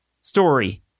story